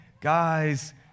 guys